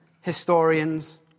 historians